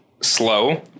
slow